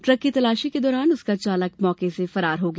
truck की तलाशी के दौरान उसका चालक मौके से फरार हो गया